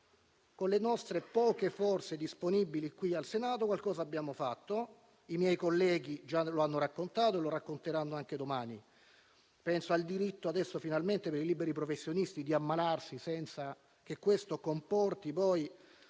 Con le nostre poche forze disponibili al Senato qualcosa abbiamo fatto; i miei colleghi lo hanno già raccontato e lo racconteranno anche domani. Penso al diritto finalmente esteso ai liberi professionisti di ammalarsi, senza che questo comporti la